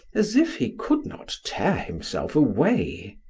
as if he could not tear himself away.